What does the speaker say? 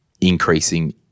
increasing